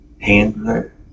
Handler